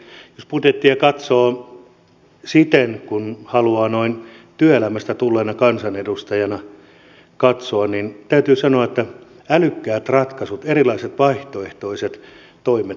jos budjettia katsoo siten kuin haluaa noin työelämästä tulleena kansanedustajana katsoa niin täytyy sanoa että älykkäät ratkaisut erilaiset vaihtoehtoiset toimet puuttuvat sieltä